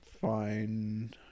fine